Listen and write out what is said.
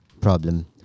problem